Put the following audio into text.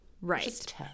right